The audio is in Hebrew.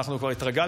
אתה פשוט כבר התרגלת,